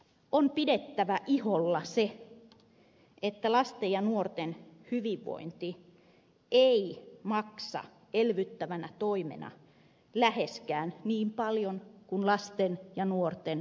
on pidettävä iholla se että lasten ja nuorten hyvinvointi ei maksa elvyttävänä toimena läheskään niin paljon kuin lasten ja nuorten pahoinvointi